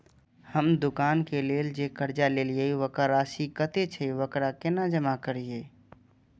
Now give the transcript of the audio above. हम दुकान के लेल जे कर्जा लेलिए वकर राशि कतेक छे वकरा केना जमा करिए?